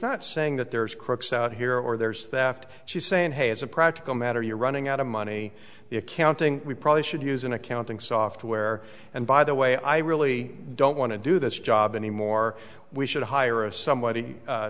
not saying that there is crooks out here or there is theft she's saying hey as a practical matter you're running out of money the accounting we probably should use an accounting software and by the way i really don't want to do this job anymore we should hire somebody